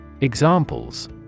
Examples